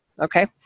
Okay